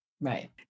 right